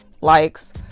likes